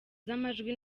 z’amajwi